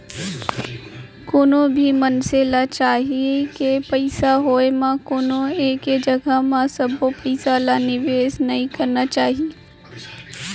कोनो भी मनसे ल चाही के पइसा होय म कोनो एके जघा म सबो पइसा ल निवेस नइ करना चाही